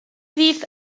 vif